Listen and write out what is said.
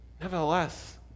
nevertheless